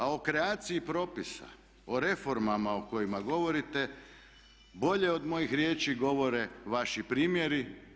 A o kreaciji propisa, o reformama o kojima govorite bolje od mojih riječi govore vaši primjeri.